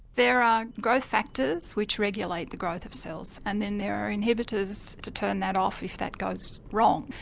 there are growth factors which regulate the growth of cells and then there are inhibitors to turn that off if that goes wrong.